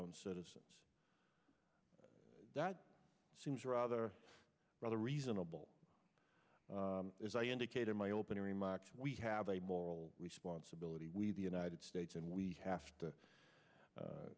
own citizens that seems rather rather reasonable as i indicated my opening remarks we have a moral responsibility we the united states and we have to